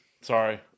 sorry